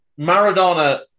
Maradona